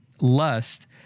lust